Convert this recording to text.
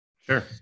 Sure